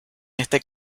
este